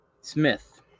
Smith